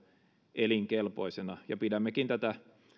elinkelpoisena pidämmekin kestämättömänä tätä